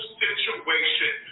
situation